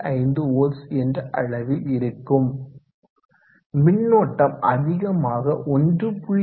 5 volts என்ற அளவில் இருக்கும் மின்னோட்டம் அதிகமாக 1